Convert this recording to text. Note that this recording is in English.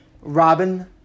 Robin